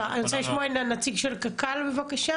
אני רוצה לשמוע את נציג קק"ל בבקשה.